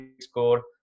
score